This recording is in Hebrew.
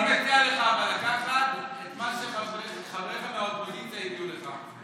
אני מציע לך לקחת את מה שחבריך באופוזיציה ייתנו לך,